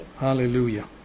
Hallelujah